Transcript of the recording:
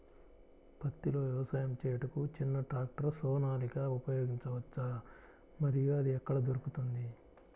పత్తిలో వ్యవసాయము చేయుటకు చిన్న ట్రాక్టర్ సోనాలిక ఉపయోగించవచ్చా మరియు అది ఎక్కడ దొరుకుతుంది?